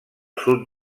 sud